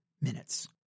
minutes